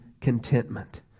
contentment